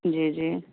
جی جی